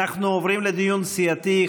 אנחנו עוברים לדיון סיעתי,